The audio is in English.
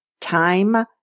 Time